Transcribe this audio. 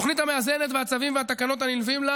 התוכנית המאזנת והצווים והתקנות הנלווים לה